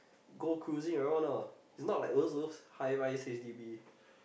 go cruising around ah it's not like those those high rise H_D_B